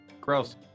Gross